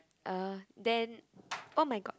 uh then oh-my-god